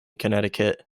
connecticut